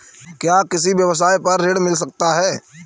क्या किसी व्यवसाय पर ऋण मिल सकता है?